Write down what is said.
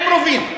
עם רובים?